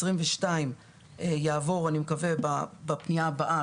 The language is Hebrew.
2022 יעבור אני מקווה בפנייה הבאה,